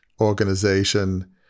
organization